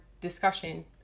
discussion